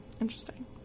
interesting